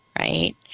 Right